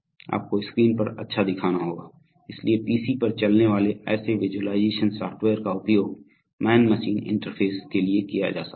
आपको स्क्रीन पर अच्छा दिखाना होगा इसलिए पीसी पर चलने वाले ऐसे विज़ुअलाइज़ेशन सॉफ़्टवेयर का उपयोग मैन मशीन इंटरफेस के लिए किया जा सकता है